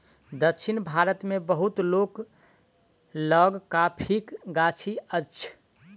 दक्षिण भारत मे बहुत लोक लग कॉफ़ीक गाछी अछि